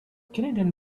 canadian